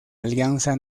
alianza